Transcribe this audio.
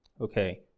Okay